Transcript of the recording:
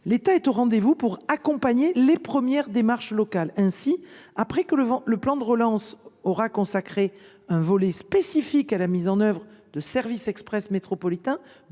l’État est au rendez vous pour accompagner les démarches locales. Ainsi, après que le plan de relance aura consacré un volet spécifique à la mise en œuvre de services express métropolitains,